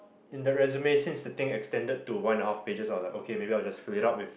in the resume since the thing extended to one and a half pages I was like okay maybe I'll just fill it up with